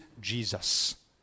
Jesus